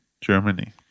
Germany